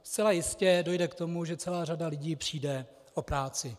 Zcela jistě dojde k tomu, že celá řada lidí přijde o práci.